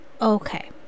Okay